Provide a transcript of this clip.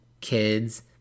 kids